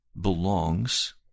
belongs